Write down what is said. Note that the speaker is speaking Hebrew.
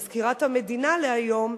מזכירת המדינה היום,